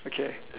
okay